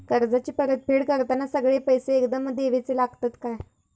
कर्जाची परत फेड करताना सगळे पैसे एकदम देवचे लागतत काय?